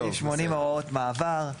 סעיף 80 הוראות מעבר.